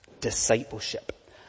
discipleship